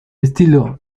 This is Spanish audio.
estilo